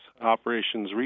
operations